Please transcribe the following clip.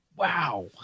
Wow